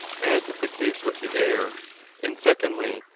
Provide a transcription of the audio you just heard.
as is the case with the air and, secondly,